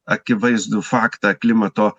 akivaizdų faktą klimato